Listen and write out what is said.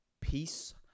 Peace